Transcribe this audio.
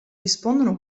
rispondono